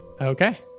Okay